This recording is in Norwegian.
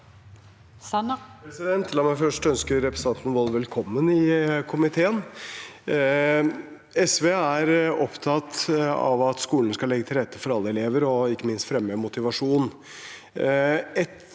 La meg først få øn- ske representanten Wold velkommen i komiteen. SV er opptatt av at skolen skal legge til rette for alle elever og ikke minst fremme motivasjon.